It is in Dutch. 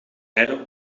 rijden